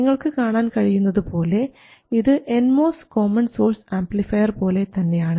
നിങ്ങൾക്ക് കാണാൻ കഴിയുന്നതുപോലെ ഇത് N MOS common source amplifier പോലെ തന്നെയാണ്